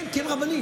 כן, כי הם רבנים.